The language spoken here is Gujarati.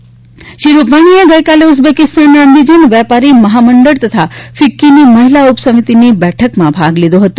મુખ્યમંત્રી રૂપાણીએ ગઈકાલે ઉઝબેકીસ્તાનના અંદિજાન વેપારી મહામંડળ તથા ફિક્કીની મફિલા ઉપ સમિતીની બેઠકમાં ભાગ લીધો ફતો